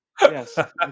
Yes